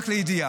רק לידיעה,